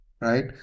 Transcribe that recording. right